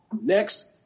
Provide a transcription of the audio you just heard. next